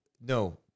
No